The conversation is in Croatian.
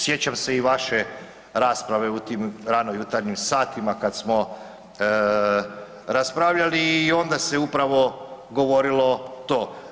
Sjećam se i vaše rasprave u tim ranojutarnjim satima kad smo raspravljali i onda se upravo govorilo to.